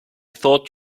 thought